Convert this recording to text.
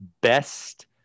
best